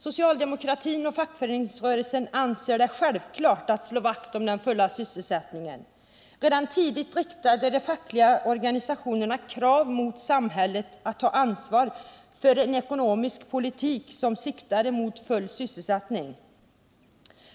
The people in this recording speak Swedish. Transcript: Socialdemokratin och fackföreningsrörelsen anser det självklart att slå vakt om den fulla sysselsättningen. Redan tidigt riktade de fackliga organisationerna krav mot samhället om att ta ansvar för en ekonomisk politik som siktade mot full sysselsättning.